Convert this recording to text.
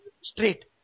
straight